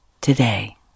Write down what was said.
today